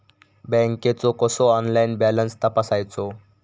बँकेचो कसो online balance तपासायचो?